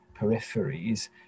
peripheries